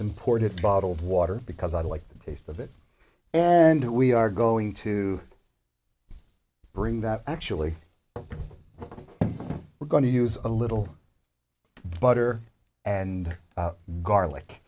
imported bottled water because i like the taste of it and we are going to bring that actually we're going to use a little butter and